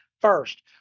first